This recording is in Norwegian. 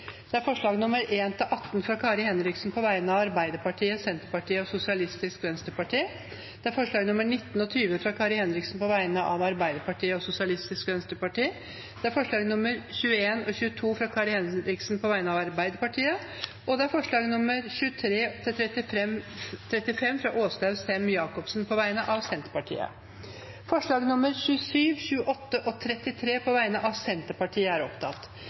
alt 35 forslag. Det er forslagene nr. 1–18, fra Kari Henriksen på vegne av Arbeiderpartiet, Senterpartiet og Sosialistisk Venstreparti forslagene nr. 19 og 20, fra Kari Henriksen på vegne av Arbeiderpartiet og Sosialistisk Venstreparti forslagene nr. 21 og 22, fra Kari Henriksen på vegne av Arbeiderpartiet forslagene nr. 23–35, fra Åslaug Sem-Jacobsen på vegne av Senterpartiet Det voteres over forslagene nr. 27, 28 og 33, fra Senterpartiet. Forslag nr. 27 lyder: «Stortinget ber regjeringen i arbeidet med endringer i Rundskriv T-02/2007 eller i praktiseringen av